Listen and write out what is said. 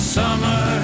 summer